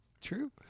True